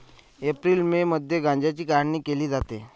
April May मध्ये गांजाची काढणी केली जाते